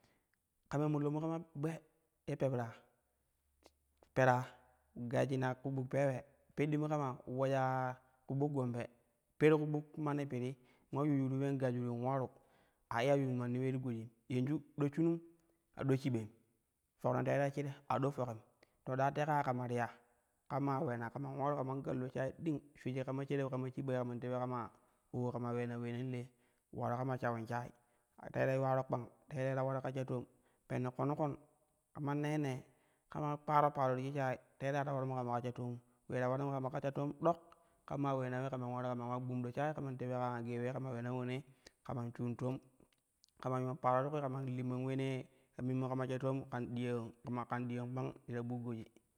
Ka mamolonmu kama gbe ye pepra, pera gejyina ku buk peewi peɗɗimu kama uleja ku buk gombe, per ku buk ulanni pirii in ula yuyyuru ule in gajuyyu in man a iya yuun manni ulei ti gojim yanʒu a do shimun a do shiɓaim fok no terei shire a do fokim to ɗa teka ua kama ti ya kam maa uleena kaman ularu kaman gel ɗo shayi ding shuiji kama shereb kama shibai kaman tewi kama ya co kama uleena ulee nay le ulam kama shawia shayi terei yuwaro kpang terei ye ta ularu ka sha toom pene kon kan kama neenee kama paro paro ti shik shayi tere a ta ularu nu kama ka sha toomum ulee ta ulunimu kama ka sha to ɗok kam maa uleena ule kaman ularu kaman ula gbum ɗo shayi kaman tewi kama gee ule kama uleena ulonei kaman shun toom kaman yuun paro ti kui kaman limman uleenee ta mimmu kama sha toom kam diya ma kana diyan kpang ti ta buk goji.